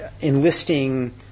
enlisting